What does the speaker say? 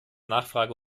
nachfrage